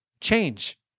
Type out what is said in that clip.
change